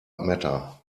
matter